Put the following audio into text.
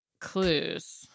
Clues